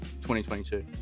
2022